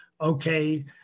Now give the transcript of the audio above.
okay